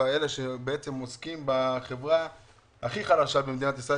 לאלה שמטפלים באנשים הכי חלשים במדינת ישראל.